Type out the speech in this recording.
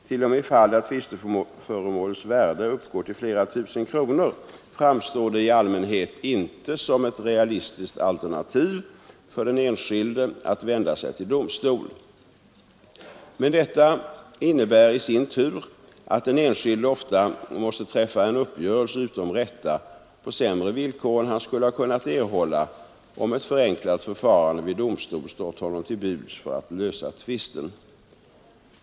T. o. m. i fall där tvisteföremålets värde uppgår till flera tusen kronor framstår det i allmänhet inte som ett realistiskt alternativ för den enskilde att vända sig till domstol. Men detta innebär i sin tur att den enskilde ofta måste träffa en uppgörelse utom rätta på sämre villkor än han skulle ha kunnat erhålla, om ett förenklat förfarande vid domstol stått honom till buds för att lösa tvisten.